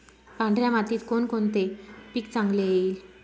पांढऱ्या मातीत कोणकोणते पीक चांगले येईल?